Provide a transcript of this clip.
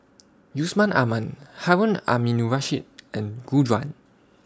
Yusman Aman Harun Aminurrashid and Gu Juan